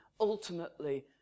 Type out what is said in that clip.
Ultimately